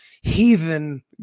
heathen